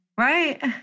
right